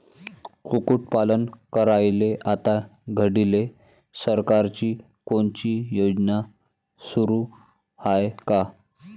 कुक्कुटपालन करायले आता घडीले सरकारची कोनची योजना सुरू हाये का?